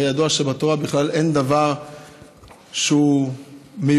הרי ידוע שבתורה בכלל אין דבר שהוא מיותר,